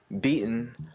beaten